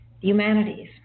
humanities